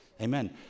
Amen